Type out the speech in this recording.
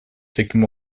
таким